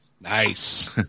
Nice